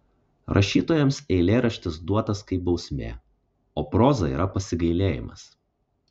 rašytojams eilėraštis duotas kaip bausmė o proza yra pasigailėjimas